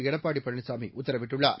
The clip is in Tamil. எடப்பாடி பழனிசாமி உத்தரவிட்டுள்ளார்